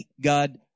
God